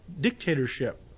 dictatorship